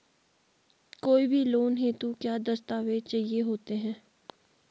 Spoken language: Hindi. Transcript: कोई भी लोन हेतु क्या दस्तावेज़ चाहिए होते हैं?